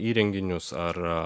įrenginius ar